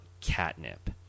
catnip